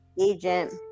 agent